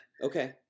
Okay